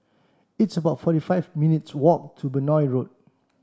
it's about forty five minutes walk to Benoi Road